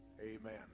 Amen